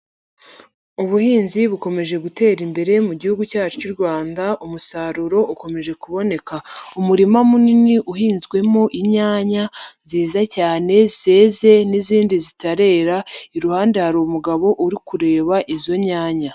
Ubuhinzi bukomeje gutera imbere mu gihugu cyacu cy'u Rwanda umusaruro ukomeje kuboneka. Umurima munini uhinzwemo inyanya nziza cyane zeze n'izindi zitarera, iruhande hari umugabo uri kureba izo nyanya.